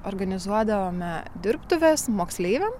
organizuodavome dirbtuves moksleiviam